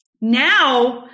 Now